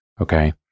Okay